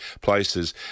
places